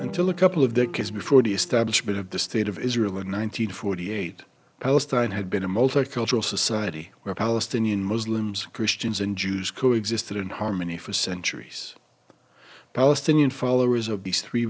until a couple of decades before the establishment of the state of israel in one nine hundred forty eight palestine had been a multicultural society where palestinian muslims christians and jews co exist in harmony for centuries palestinian followers of these three